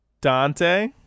dante